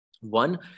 One